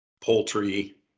poultry